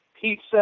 pizza